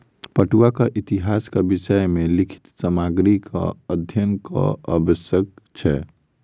पटुआक इतिहासक विषय मे लिखित सामग्रीक अध्ययनक आवश्यक छै